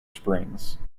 springs